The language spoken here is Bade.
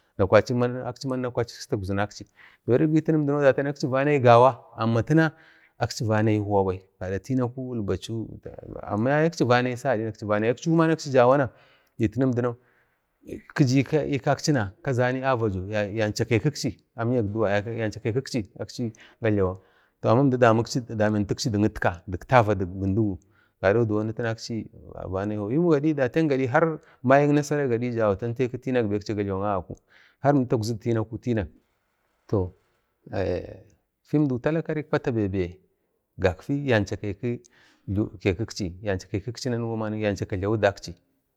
﻿kwachi akchi manuni tagzinaksi jirik ditidau datiyan akchi vanayi gawa kwachi takatinakchi amma tina akchi vanayi huwa bai amma yaye sagada akchi vanayi achiya akchi da kiji ikwakchina kazani vavadu yancha ke kakachi amyak duwa akchi ga jlawak, əmda ta dametakchi dik itka har dik tara dik Bindigi gado diwoni tana vanayabai yimu gadi har mayik nasara da teki tinakbe akchi gajlawak a gaku har əmda tagzidu tinaku tinak əmdau tala fik pata be be yancha kekak si kikaksi nanuwaman yancha kajlami daksi.